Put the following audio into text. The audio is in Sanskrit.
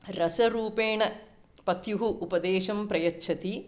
रसरूपेण पत्युः उपदेशं प्रयच्छति